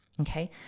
Okay